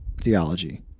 theology